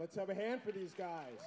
whatever hand for these guys